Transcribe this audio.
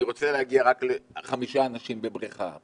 אני רוצה להגיע רק לחמישה אנשים בבריכה,